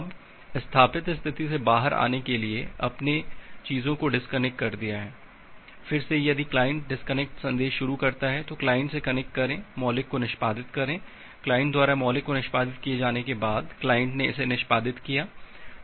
अब स्थापित स्थिति से बाहर आने के लिए आपने चीजों को डिस्कनेक्ट कर दिया है फिर से यदि क्लाइंट डिस्कनेक्ट संदेश शुरू करता है तो क्लाइंट से कनेक्ट करें मौलिक को निष्पादित करें क्लाइंट द्वारा मौलिक को निष्पादित किए जाने के बाद क्लाइंट ने इसे निष्पादित किया है